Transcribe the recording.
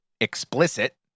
explicit